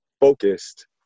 focused